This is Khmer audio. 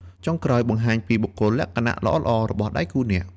ចុងក្រោយ បង្ហាញពីបុគ្គលិកលក្ខណៈល្អៗរបស់ដៃគូអ្នក។